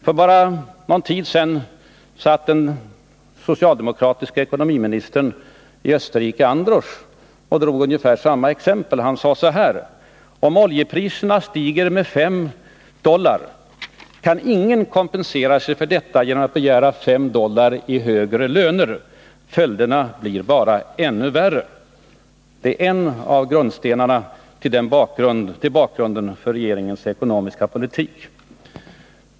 För bara någon tid sedan tog den socialdemokratiske ekonomiministern i Österrike, Androsch, upp ungefär samma exempel. Han sade så här: Om oljepriserna stiger med 5 dollar kan ingen kompensera sig för detta genom att begära 5 dollar i högre lön — följderna blir då bara ännu värre. Och detta är en av grundstenarna bakom regeringens ekonomiska politik.